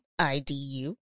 IDU